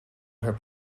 her